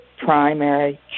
primary